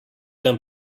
then